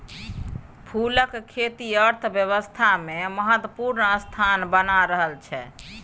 फूलक खेती अर्थव्यवस्थामे महत्वपूर्ण स्थान बना रहल छै